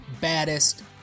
baddest